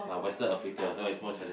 eh Western Africa although is more challenge